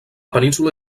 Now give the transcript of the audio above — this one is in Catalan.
península